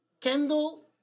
Kendall